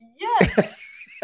Yes